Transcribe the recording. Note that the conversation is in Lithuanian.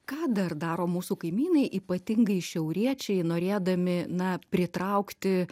ką dar daro mūsų kaimynai ypatingai šiauriečiai norėdami na pritraukti